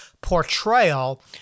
portrayal